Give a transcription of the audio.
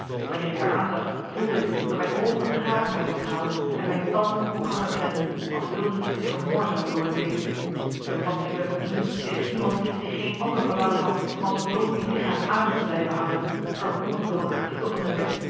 wanneer ik haar aanzag voelde ik dat mijn oogen haat uitstraalden en mijn tanden op elkander klemden als wilden ze iets vermorzelen door hun beet en wat viel er te doen tegen iemand die geen ander verlangen had dan als een dood lichaam aan me te blijven hangen verbonden door een artikel van de wet